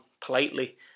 politely